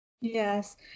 Yes